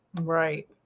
Right